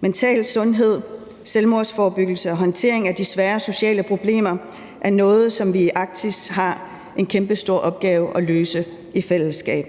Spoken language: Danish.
Mental sundhed, selvmordsforebyggelse og håndtering af de svære sociale problemer er noget, som vi i Arktis har en kæmpestor opgave i at løse i fællesskab.